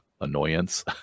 annoyance